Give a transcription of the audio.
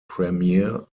premier